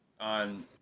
on